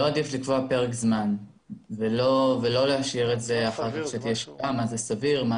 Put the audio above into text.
עדיף לקבוע פרק זמן ולא להשאיר את זה שאחר כך ידונו במה זה סביר ומה